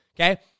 Okay